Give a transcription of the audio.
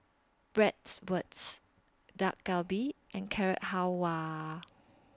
Bratwurst Dak Galbi and Carrot Halwa